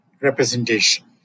representation